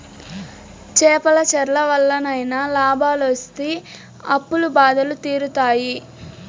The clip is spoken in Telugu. చేపల చెర్ల వల్లనైనా లాభాలొస్తి అప్పుల బాధలు తీరుతాయి